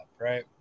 right